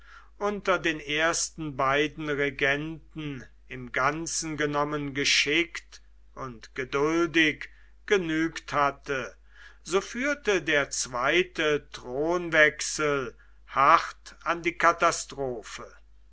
unter den ersten beiden regenten im ganzen genommen geschickt und geduldig genügt hatte so führte der zweite thronwechsel hart an die katastrophe